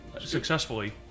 Successfully